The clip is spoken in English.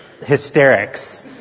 hysterics